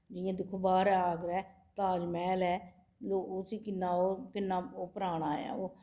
जि'यां दिक्खो बाह्र आगरा ऐ ताजमैह्ल ऐ ओ उसी किन्ना ओह् किन्ना ओह् पराना ऐ ओह्